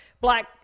black